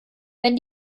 wenn